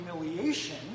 humiliation